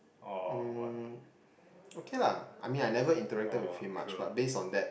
hmm okay lah I mean I never interacted with him much but based on that